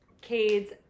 Cade's